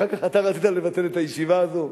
אחר כך, אתה רצית לבטל את הישיבה הזו?